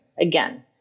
again